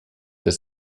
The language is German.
des